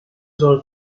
zor